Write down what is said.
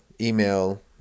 email